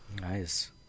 Nice